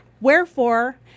Wherefore